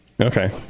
okay